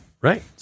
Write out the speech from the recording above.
Right